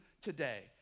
today